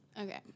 Okay